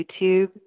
YouTube